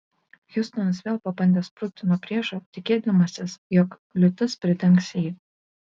hiustonas vėl pabandė sprukti nuo priešo tikėdamasis jog liūtis pridengs jį